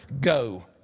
go